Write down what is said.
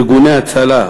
ארגוני הצלה,